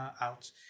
out